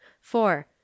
four